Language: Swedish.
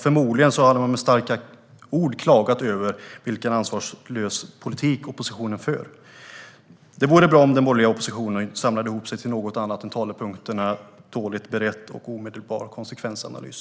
Förmodligen hade man med starka ord klagat över vilken ansvarslös politik oppositionen förde. Det vore bra om den borgerliga oppositionen samlade ihop sig till något annat än talepunkterna "dåligt berett" och "omedelbar konsekvensanalys".